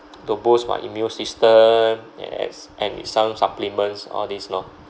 to boost my immune system yes and with some supplements or this lor